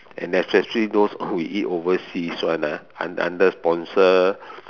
and especially those we eat overseas one ah un~ under sponsor